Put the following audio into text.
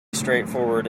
straightforward